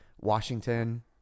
Washington